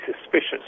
suspicious